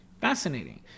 Fascinating